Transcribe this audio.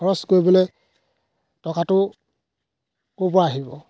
খৰছ কৰিবলৈ টকাটো ক'ৰপৰা আহিব